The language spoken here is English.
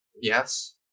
Yes